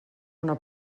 una